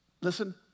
listen